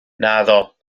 naddo